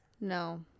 No